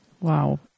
Wow